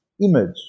image